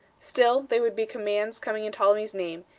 still, they would be commands coming in ptolemy's name,